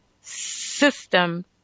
system